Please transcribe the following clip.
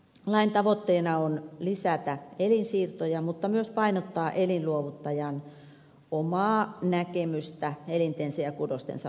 lain tavoitteena on lisätä elinsiirtoja mutta myös painottaa elinluovuttajan omaa näkemystä elintensä ja kudostensa luovutuksesta